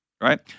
Right